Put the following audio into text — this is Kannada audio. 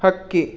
ಹಕ್ಕಿ